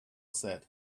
said